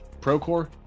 Procore